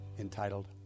entitled